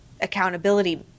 accountability